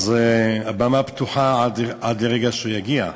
הבמה פתוחה עד לרגע שהוא יגיע.